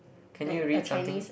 can you read something